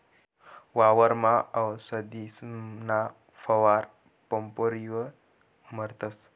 वावरमा आवसदीसना फवारा पंपवरी मारतस